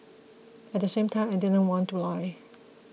at the same time I didn't want to lie